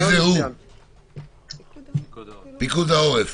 פיקוד העורף.